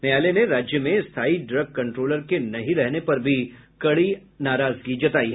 न्यायालय ने राज्य में स्थायी ड्रग कंट्रोलर के नहीं रहने पर भी कड़ी नाराजगी जतायी